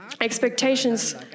expectations